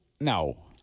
No